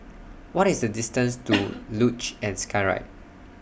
What IS The distance to Luge and Skyride